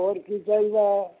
ਹੋਰ ਕੀ ਚਾਹੀਦਾ